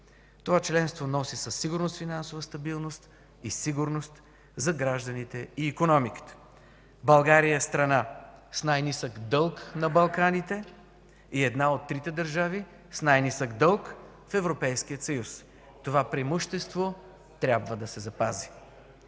Това членство носи със сигурност финансова стабилност и сигурност за гражданите и икономиката. България е страна с най-нисък дълг на Балканите и една от трите държави с най-нисък дълг в Европейския съюз. (Шум и реплики в БСП ЛБ.) Това преимущество трябва да се запази.